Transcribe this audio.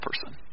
person